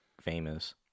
famous